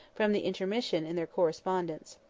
from the intermission in their correspondence.